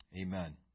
Amen